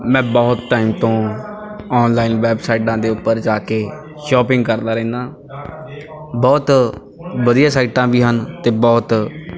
ਮੈਂ ਬਹੁਤ ਟਾਈਮ ਤੋਂ ਔਨਲਾਈਨ ਵੈਬਸਾਈਟਾਂ ਦੇ ਉੱਪਰ ਜਾ ਕੇ ਸ਼ੋਪਿੰਗ ਕਰਦਾ ਰਹਿੰਦਾ ਬਹੁਤ ਵਧੀਆ ਸਾਈਟਾਂ ਵੀ ਹਨ ਅਤੇ ਬਹੁਤ